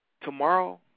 Tomorrow